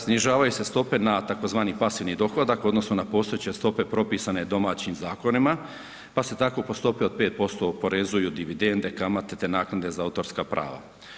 Snižavaju se stope na tzv. pasivni dohodak odnosno na postojeće stope propisane domaćim zakonima, pa se tako po stopi od 5% oporezuju dividende, kamate, te naknade za autorska prava.